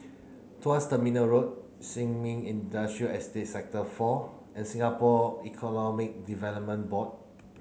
Tuas Terminal Road Sin Ming Industrial Estate Sector four and Singapore Economic Development Board